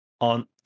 on